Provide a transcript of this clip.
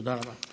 תודה רבה.